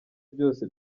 byose